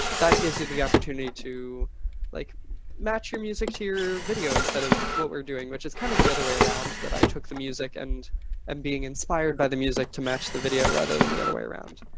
that gives you the opportunity to like match your music to your video instead of what we're doing, which is kind of the other way around that i took the music and and being inspired by the music to match the video, rather than the other way around.